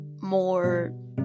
more